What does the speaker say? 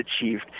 achieved